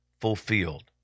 fulfilled